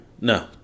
No